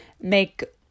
make